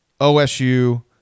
OSU